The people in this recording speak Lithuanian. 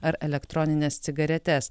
ar elektronines cigaretes